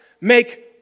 make